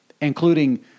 including